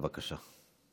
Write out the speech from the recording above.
בבקשה.